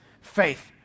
faith